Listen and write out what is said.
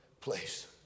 place